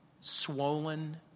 swollen